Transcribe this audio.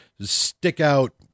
stick-out